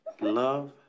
love